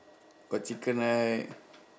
got chicken right